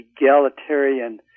egalitarian